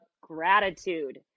gratitude